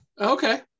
Okay